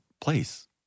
place